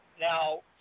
Now